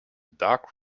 dark